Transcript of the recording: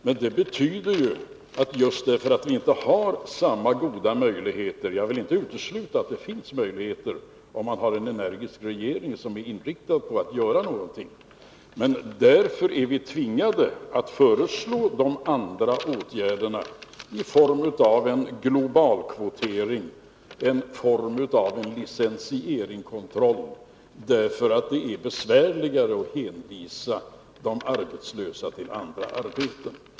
Men det betyder ju att just därför att vi inte har samma goda möjligheter — jag vill inte utesluta att det finns möjligheter, om man har en energisk regering, som är inriktad på att göra någonting — så är vi tvingade att föreslå dessa andra åtgärder, i form av en globalkvotering och en form av licensieringskontroll. Det är besvärligare att hänvisa de arbetslösa till andra arbeten.